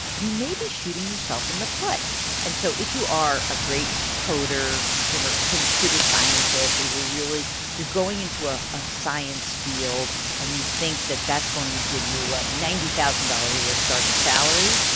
you may be shooting yourself in the foot and so if you are a great coder, consumer, computer scientist or you're really you're going into a a science field and you think that that's going to give you a ninety thousand dollars a year starting salary,